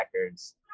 records